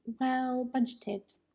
well-budgeted